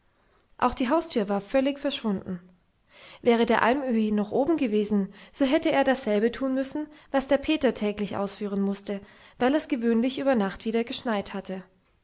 auch die haustür war völlig verschwunden wäre der almöhi noch oben gewesen so hätte er dasselbe tun müssen was der peter täglich ausführen mußte weil es gewöhnlich über nacht wieder geschneit hatte